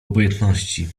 obojętności